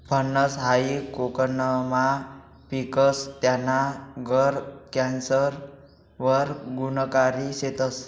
फनस हायी कोकनमा पिकस, त्याना गर कॅन्सर वर गुनकारी शेतस